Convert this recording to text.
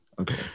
okay